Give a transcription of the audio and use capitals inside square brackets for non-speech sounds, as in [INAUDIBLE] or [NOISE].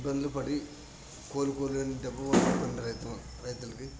ఇబ్బందులు పడి కోలుకోలేని దెబ్బ [UNINTELLIGIBLE] రైతు రైతులకి